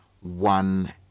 one